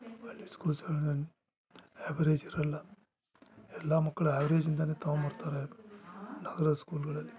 ಹಳ್ಳಿ school average ಇರೋಲ್ಲ ಎಲ್ಲ ಮಕ್ಕಳು ಎವ್ರೇಜಿಂದಲೇ ತಗೊಂಬರ್ತಾರೆ ನಗರ ಸ್ಕೂಲ್ಗಳಲ್ಲಿ